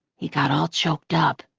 he got all choked up.